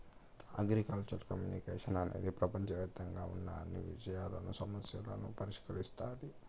agricultural communication అనేది ప్రపంచవ్యాప్తంగా ఉన్న అన్ని విషయాలను, సమస్యలను పరిష్కరిస్తాది